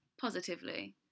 Positively